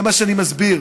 זה מה שאני מסביר.